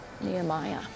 Nehemiah